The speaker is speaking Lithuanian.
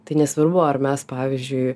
tai nesvarbu ar mes pavyzdžiui